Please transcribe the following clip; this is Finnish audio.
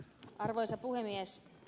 arvoisa puhemies